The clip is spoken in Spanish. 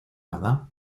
nada